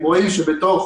הם רואים שבתוך